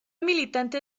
militante